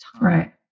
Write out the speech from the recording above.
right